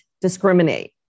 discriminate